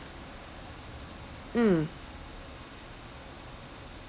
mm